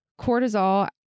Cortisol